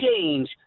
change